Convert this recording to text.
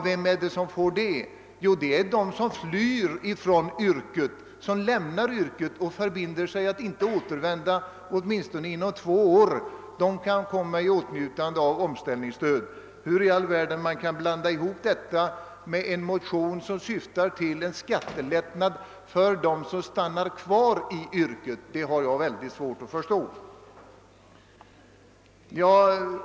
Det stödet utgår till dem som flyr från yrket och förbinder sig att inte återvända till det inom två år. Hur i all världen det stödet kan föras in i en diskussion om en motion som syftar till en skattelättnad för dem som stannar kvar i yrket har jag väldigt svårt att förstå.